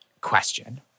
question